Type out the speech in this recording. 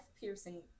piercing